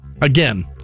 Again